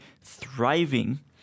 thriving